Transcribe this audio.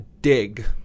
dig